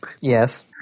yes